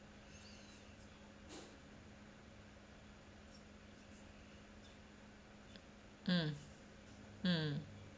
mm mm